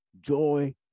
Joy